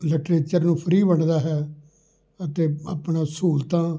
literature ਨੂੰ free ਵੰਡਦਾ ਹੈ ਅਤੇ ਆਪਣਾ ਸਹੂਲਤਾਂ